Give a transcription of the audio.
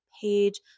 page